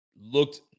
looked